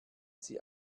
sie